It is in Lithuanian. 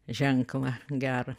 ženklą gerą